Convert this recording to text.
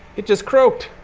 it just croaked.